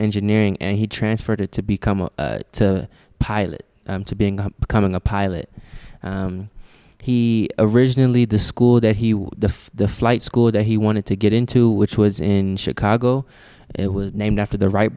engineering and he transferred it to become a pilot to being a becoming a pilot he originally the school that he was the flight school that he wanted to get into which was in chicago it was named after the wright